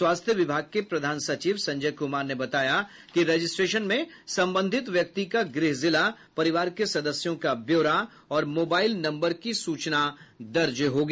स्वास्थ्य विभाग के प्रधान सचिव संजय कुमार ने बताया कि रजिस्ट्रेशन में संबंधित व्यक्ति का गृह जिला परिवार के सदस्यों का व्योरा और मोबाईल नम्बर की सूचना दर्ज होंगी